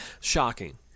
Shocking